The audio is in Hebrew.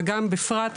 וגם בפרט,